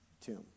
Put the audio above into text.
tomb